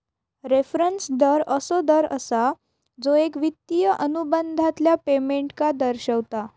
reference दर असो दर असा जो एक वित्तिय अनुबंधातल्या पेमेंटका दर्शवता